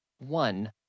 One